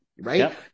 right